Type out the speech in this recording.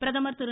பிரதமர் திரு